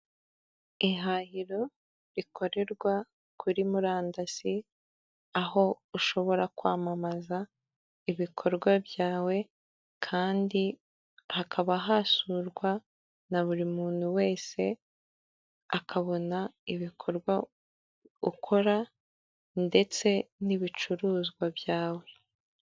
Ihahiro rikorerwa kuri murandasi, aho ushobora kwamamaza ibikorwa byawe kandi hakaba hasurwa na buri muntu wese akabona ibikorwa ukora ndetse n'ibicuruzwa byawe.